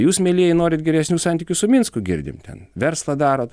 jūs mielieji norit geresnių santykių su minsku girdim ten verslą darot